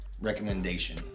recommendation